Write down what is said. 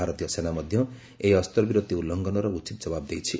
ଭାରତୀୟ ସେନା ମଧ୍ୟ ଏହି ଅସ୍ତ୍ରବିରତି ଉଲ୍ଲଂଘନର ଉଚିତ ଜବାବ ଦେଇଛି